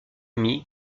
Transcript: ami